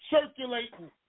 circulating